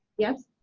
yes.